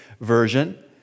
Version